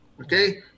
Okay